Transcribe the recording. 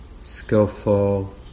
skillful